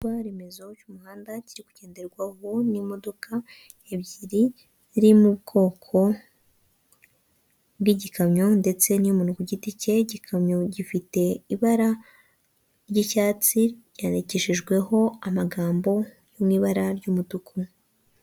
Igikorwa remezo cy'umuhanda kiri kugenderwaho n'imodoka ebyiri iri mu bwoko bw'igikamyo ndetse n'umuntu ku giti cye, igikamyo gifite ibara ry'icyatsi ryandikishejweho amagambo ari mu ibara ry'umutuku.